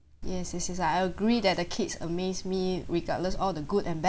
yes yes yes I agree that the kids amazed me regardless all the good and bad